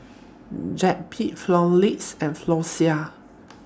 Zappy Panaflex and Floxia